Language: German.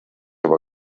aber